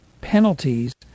penalties